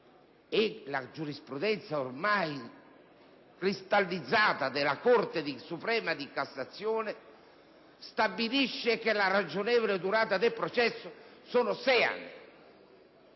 e quella ormai cristallizzata della Corte suprema di cassazione stabiliscono che la ragionevole durata del processo è di sei anni.